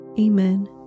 Amen